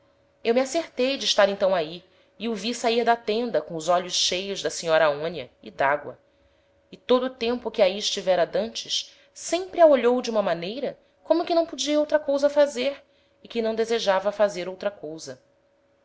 eu me acertei de estar então ahi e o vi sair da tenda com os olhos cheios da senhora aonia e d'agoa e todo o tempo que ahi estivera d'antes sempre a olhou de uma maneira como que não podia outra cousa fazer e que não desejava fazer outra cousa